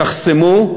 תחסמו,